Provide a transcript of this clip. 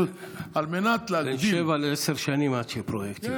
בין שבע לעשר שנים עד שפרויקטים,